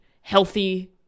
healthy